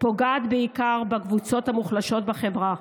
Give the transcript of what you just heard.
פוגעת בעיקר בקבוצות המוחלשות בחברה.